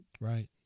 Right